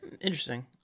Interesting